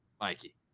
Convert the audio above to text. Mikey